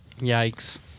yikes